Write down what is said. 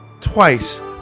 twice